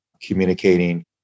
communicating